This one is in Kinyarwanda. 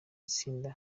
itsinda